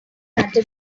matter